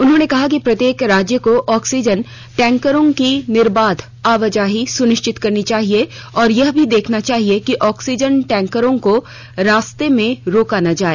उन्होंने कहा कि प्रत्येक राज्य को ऑक्सीजन टैंकरों की निर्बाध आवाजाही सुनिश्चित करनी चाहिए और यह भी देखना चाहिए कि ऑक्सीजन टैंकरों को रास्ते में रोका न जाए